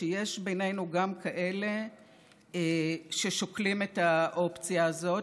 שיש בינינו גם כאלה ששוקלים את האופציה הזאת,